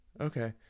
Okay